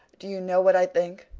do you know what i think?